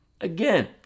Again